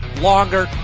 longer